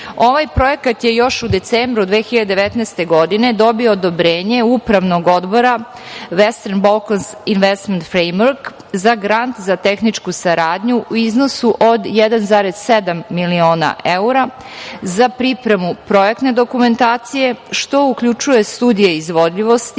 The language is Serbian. projekat je još u decembru 2019. godine dobio odobrenje upravnog odbora "Western Balkans Investment Framework" za grant za tehničku saradnju u iznosu od 1,7 miliona evra za pripremu projektne dokumentacije, što uključuje studije izvodljivosti,